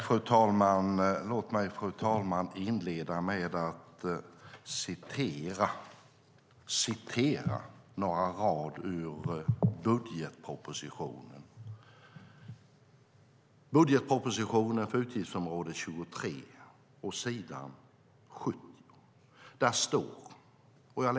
Fru talman! Låt mig inleda med att citera några rader ur budgetpropositionen, utgiftsområde 23, s. 7.